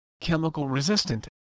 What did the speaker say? chemical-resistant